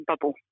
bubble